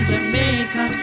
Jamaica